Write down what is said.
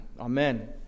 Amen